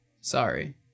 Sorry